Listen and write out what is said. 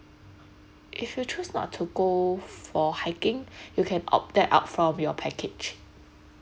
if you choose not to go for hiking you can opt that out from your package